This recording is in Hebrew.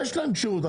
יש להם כשירות,